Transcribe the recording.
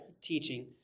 teaching